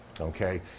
Okay